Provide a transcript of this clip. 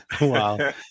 Wow